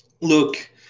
look